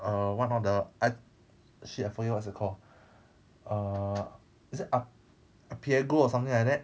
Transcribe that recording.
err one of the a~ shit I forgot what is it called err is it a~ apiago or something like that